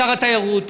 לשר התיירות,